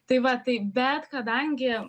tai va tai bet kadangi